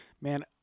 man